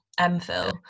MPhil